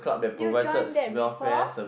do you join that before